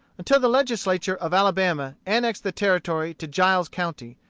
until the legislature of alabama annexed the territory to giles county,